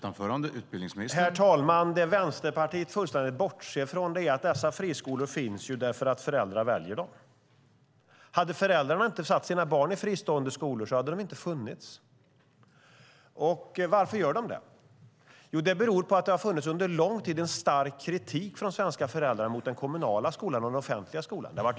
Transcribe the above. Herr talman! Det Vänsterpartiet fullständigt bortser från är att dessa friskolor finns för att föräldrar väljer dem. Hade föräldrar inte satt sina barn i fristående skolor hade dessa skolor inte funnits. Varför gör föräldrar det? Jo, för att det under lång tid har funnits en stark kritik från svenska föräldrar mot den kommunala och offentliga skolan.